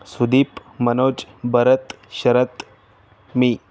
ಸುದೀಪ್ ಮನೋಜ್ ಭರತ್ ಶರತ್ ನಿ